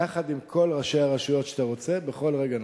יחד עם כל ראשי הרשויות שאתה רוצה בכל רגע נתון.